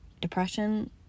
depression